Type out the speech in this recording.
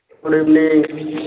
good evening